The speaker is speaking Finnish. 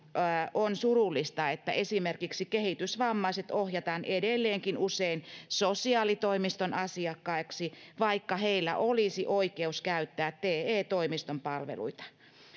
on surullista että esimerkiksi kehitysvammaiset ohjataan edelleenkin usein sosiaalitoimiston asiakkaiksi vaikka heillä olisi oikeus käyttää te toimiston palveluita